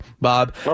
Bob